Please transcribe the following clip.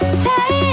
say